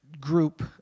group